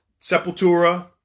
Sepultura